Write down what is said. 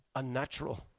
unnatural